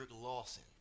Lawson